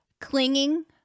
clinging